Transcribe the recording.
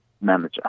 manager